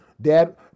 Dad